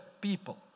people